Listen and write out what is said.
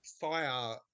fire